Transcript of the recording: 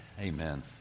Amen